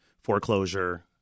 foreclosure